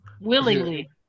Willingly